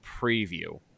preview